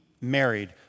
married